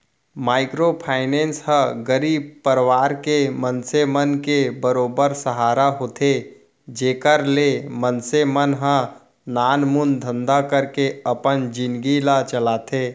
micro finance ह गरीब परवार के मनसे मन के बरोबर सहारा होथे जेखर ले मनसे मन ह नानमुन धंधा करके अपन जिनगी ल चलाथे